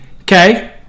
okay